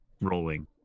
rolling